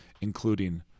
including